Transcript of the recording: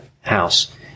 house